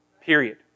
Period